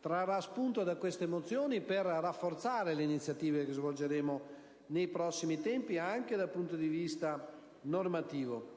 trarrà spunto da queste mozioni per rafforzare le iniziative che svolgeremo nei prossimi tempi, anche dal punto di vista normativo.